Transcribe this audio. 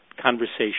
conversation